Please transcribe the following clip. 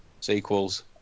Sequels